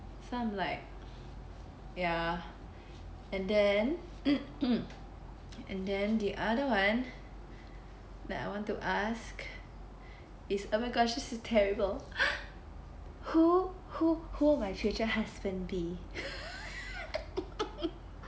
so I'm like ya and then and then the other one that I want to ask is oh my gosh this is terrible who who who my future husband be